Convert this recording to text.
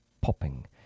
popping